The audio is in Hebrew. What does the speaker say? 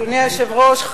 אדוני היושב-ראש,